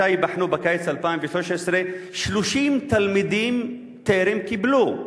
שלושה ייבחנו בקיץ 2013. 30 תלמידים טרם קיבלו.